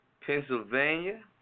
Pennsylvania